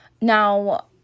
now